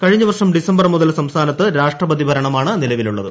കഴിഞ്ഞവർഷ്ടം സ്ഥിസ്ംബർ മുതൽ സംസ്ഥാനത്ത് രാഷ്ട്രപതി ഭരണമാണ് നീലവിലുള്ളത്